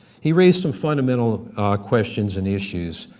he raised some fundamental questions and issues,